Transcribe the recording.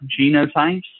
genotypes